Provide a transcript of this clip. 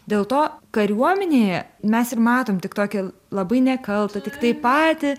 dėl to kariuomenėje mes ir matom tik tokį labai nekaltą tiktai patį